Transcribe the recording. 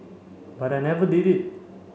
but I never did it